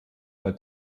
weil